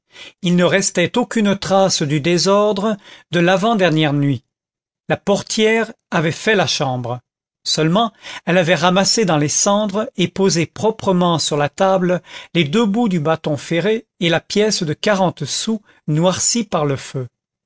il ne restait aucune trace du désordre de l'avant-dernière nuit la portière avait fait la chambre seulement elle avait ramassé dans les cendres et posé proprement sur la table les deux bouts du bâton ferré et la pièce de quarante sous noircie par le feu